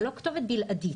זה לא כתובת בלעדית.